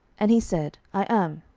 and he said, i am.